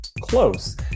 Close